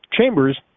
Chambers